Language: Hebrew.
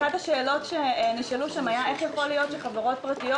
אחת השאלות שנשאלו שם הייתה איך יכול להיות שחברות פרטיות